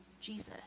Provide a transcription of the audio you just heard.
Jesus